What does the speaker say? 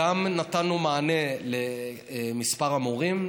גם נתנו מענה למספר המורים,